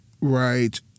right